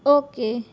okay